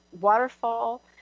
waterfall